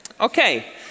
Okay